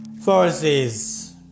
forces